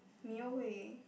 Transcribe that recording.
Mayo